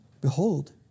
Behold